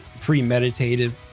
premeditated